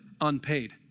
unpaid